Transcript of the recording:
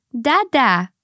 dada